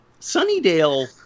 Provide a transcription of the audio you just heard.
Sunnydale